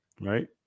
Right